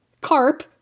carp